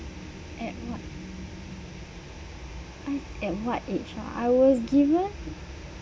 at what at what age ah I was given